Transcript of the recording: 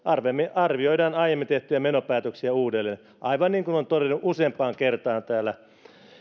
arvioidaan aiemmin tehtyjä menopäätöksiä uudelleen aivan niin kuin olen todennut useampaan kertaan täällä